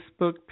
Facebook